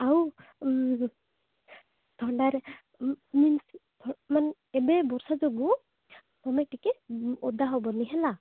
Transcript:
ଆଉ ଥଣ୍ଡାରେ ମିନ୍ସ ମାନେ ଏବେ ବର୍ଷା ଯୋଗୁଁ ତୁମେ ଟିକେ ଓଦା ହେବନି ହେଲା